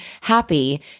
happy